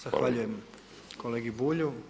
Zahvaljujem kolegi Bulju.